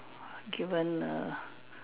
given a